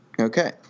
Okay